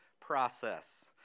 process